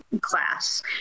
class